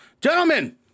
Gentlemen